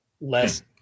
Less